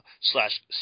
slash